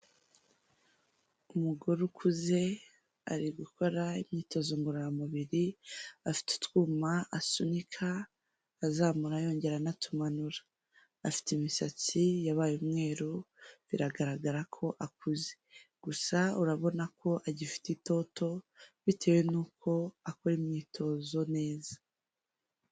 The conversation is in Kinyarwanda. Umugore ukuze ari gukora imyitozo ngororamubiri, afite utwuma asunika azamura yongera anatumanura, afite imisatsi yabaye umweru biragaragara ko akuze, gusa urabona ko agifite itoto bitewe n'uko akora imyitozo neza.